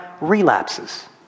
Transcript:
relapses